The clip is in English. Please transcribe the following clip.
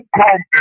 come